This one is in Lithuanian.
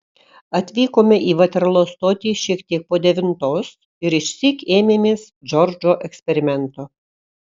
atvykome į vaterlo stotį šiek tiek po devintos ir išsyk ėmėmės džordžo eksperimento